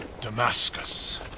Damascus